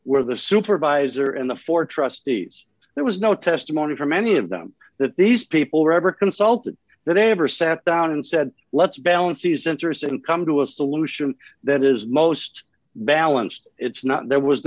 where the supervisor and the four trustees there was no testimony from any of them that these people rubber consulted that ever sat down and said let's balance the sensors and come to a solution that is most balanced it's not there was